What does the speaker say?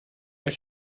elle